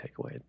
takeaway